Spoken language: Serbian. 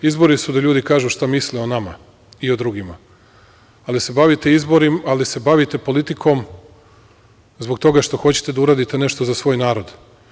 Izbori su da ljudi kažu šta misle o nama i drugima, ali se bavite politikom zbog toga što hoćete da uradite nešto za svoj narod.